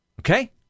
Okay